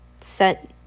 set